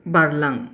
बारलां